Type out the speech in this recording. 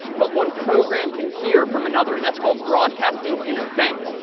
but one program can hear from another. and that's called broadcasting an event.